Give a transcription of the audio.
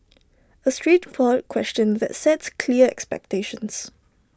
A straightforward question that sets clear expectations